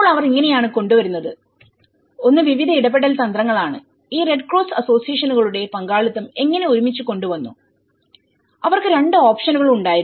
ഇപ്പോൾ അവർ ഇങ്ങനെയാണ് കൊണ്ടുവരുന്നത് ഒന്ന് വിവിധ ഇടപെടൽ തന്ത്രങ്ങൾ ആണ് ഈ റെഡ് ക്രോസ് അസോസിയേഷനുകളുടെ പങ്കാളിത്തം എങ്ങനെ ഒരുമിച്ച് കൊണ്ടുവന്നുഅവർക്ക് 2 ഓപ്ഷനുകൾഉണ്ടായിരുന്നു